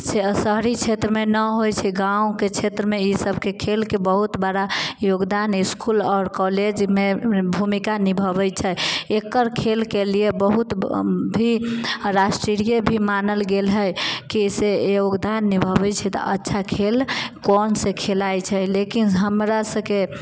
शहरी क्षेत्रमे ना होइ छै गाँवके क्षेत्रमे ई सबके खेलके बहुत बड़ा योगदान इसकुल आओर कॉलेजमे भूमिका निभाबै छै एकर खेलके लिए बहुत भी राष्ट्रीय भी मानल गेल है की अयसे योगदान निभाबै छै तऽ अच्छा खेल कौनसा खेलाय छै लेकिन हमरा सबके